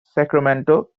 sacramento